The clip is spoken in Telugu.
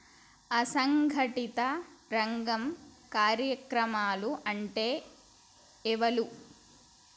అసంఘటిత రంగ కార్మికులు అంటే ఎవలూ?